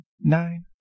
Nine